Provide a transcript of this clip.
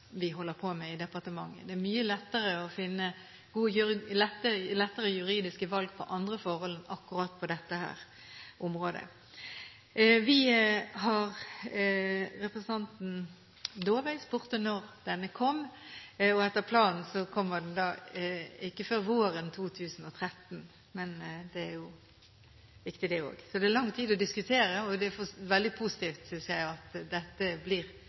vi holder på med i departementet. Det er mye lettere å gjøre juridiske valg på andre områder enn på akkurat dette området. Representanten Dåvøy spurte om når denne evalueringen kommer. Etter planen kommer den ikke før våren 2013, men det er viktig det også. Så vi har lang tid til å diskutere dette, og det er veldig positivt, synes jeg, at dette blir